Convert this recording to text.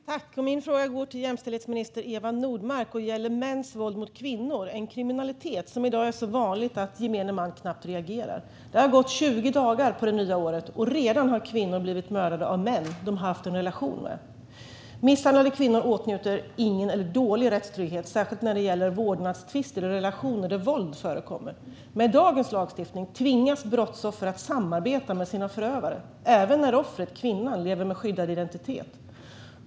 Fru talman! Min fråga går till jämställdhetsminister Eva Nordmark. Den gäller mäns våld mot kvinnor. Det är en kriminalitet som i dag är så vanlig att gemene man knappt reagerar. Det har gått 20 dagar på det nya året, och redan har kvinnor blivit mördade av män de haft en relation med. Misshandlade kvinnor åtnjuter ingen eller dålig rättstrygghet, särskilt när det gäller vårdnadstvister i relationer där våld förekommer. Med dagens lagstiftning tvingas brottsoffer att samarbeta med sina förövare även när offret, kvinnan, lever med skyddad identitet.